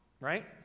Right